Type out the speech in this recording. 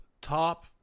top